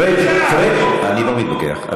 פריג', פריג', אני לא מתווכח.